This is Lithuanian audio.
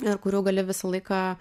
ir kurių gali visą laiką